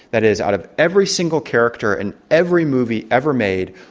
that is out of every single character and every movie ever made,